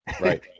Right